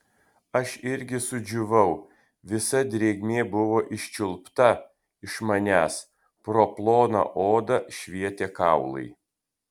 aš irgi sudžiūvau visa drėgmė buvo iščiulpta iš manęs pro ploną odą švietė kaulai